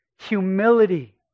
humility